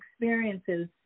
experiences